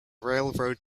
railroad